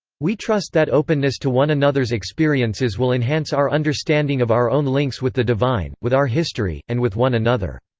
we trust that openness to one another's experiences will enhance our understanding of our own links with the divine, with our history, and with one another.